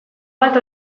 bat